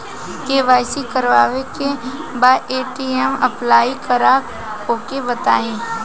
KYC करावे के बा ए.टी.एम अप्लाई करा ओके बताई?